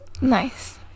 Nice